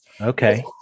Okay